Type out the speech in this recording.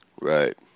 Right